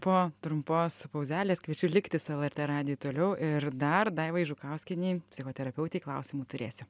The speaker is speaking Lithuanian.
po trumpos pauzelės kviečiu likti su lrt radiju toliau ir dar daivai žukauskienei psichoterapeutei klausimų turėsiu